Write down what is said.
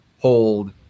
hold